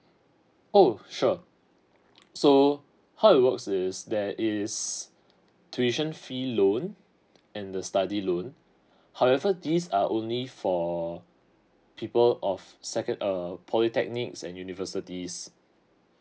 oh sure so how it works is there is tuition fee loan and the study loan however these are only for people of second err polytechnics and universities